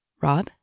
Rob